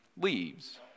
leaves